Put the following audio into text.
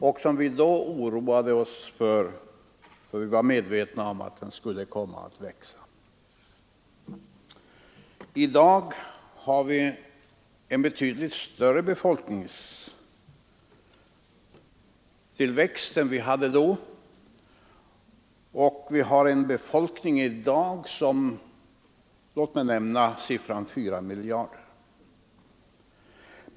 Vi oroade oss då för befolkningsutvecklingen, eftersom vi var medvetna om att befolkningen skulle komma att växa. I dag har vi en betydligt snabbare befolkningstillväxt än vi då hade, och befolkningen i dag uppgår till låt mig säga 4 miljarder.